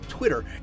Twitter